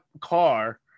car